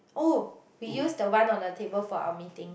oh we used the one on the table for our meeting